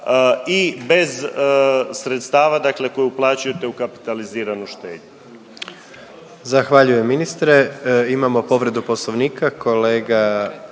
i bez sredstava, dakle koje uplaćujete u kapitaliziranu štednju.